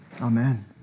amen